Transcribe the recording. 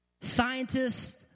Scientists